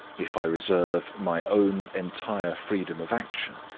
if i reserve my own entire freedom of action,